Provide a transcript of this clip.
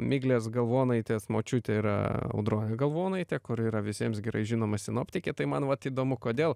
miglės galvonaitės močiutė yra audronė galvonaitė kuri yra visiems gerai žinoma sinoptikė tai man vat įdomu kodėl